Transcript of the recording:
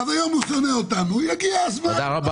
אז היום הוא שונא אותנו, יגיע הזמן.